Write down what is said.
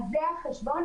ברשותך,